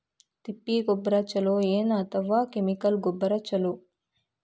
ತಿಪ್ಪಿ ಗೊಬ್ಬರ ಛಲೋ ಏನ್ ಅಥವಾ ಕೆಮಿಕಲ್ ಗೊಬ್ಬರ ಛಲೋ?